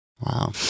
Wow